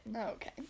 okay